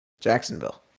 Jacksonville